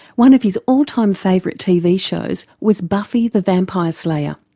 one of his all time favourite tv shows was buffy the vampire slayer,